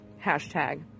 hashtag